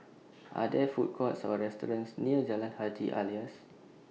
Are There Food Courts Or restaurants near Jalan Haji Alias